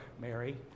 Mary